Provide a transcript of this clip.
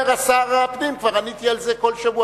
אומר שר הפנים: כבר עניתי על זה כל שבוע,